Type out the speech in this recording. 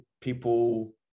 people